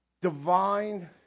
divine